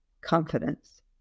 confidence